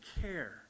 care